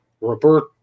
Robert